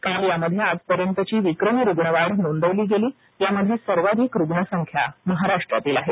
काल यामध्ये आजपर्यंतची विक्रमी रुग्ण वाढ नोंदवली गेलीयामध्ये सर्वाधिक रुग्णसंख्या महाराष्ट्रातील आहे